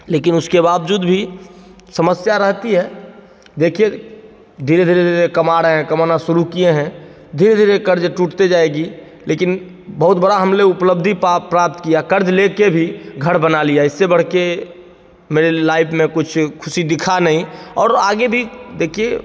लेकिन उसके बावजूद भी समस्या रहती है देखिए धीरे धीरे धीरे धीरे कमा रहें कमाना शुरु किएँ हैं धीरे धीरे क़र्ज़ टूटते जाएगी लेकिन बहुत बड़ा हमने उपलब्धि पा प्राप्त किया क़र्ज़ लेके भी घर बना लिया इससे बढ़के मेरे लाइफ में कुछ खुशी दिखा नहीं और आगे भी देखिए